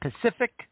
Pacific